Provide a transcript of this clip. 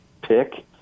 pick